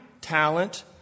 talent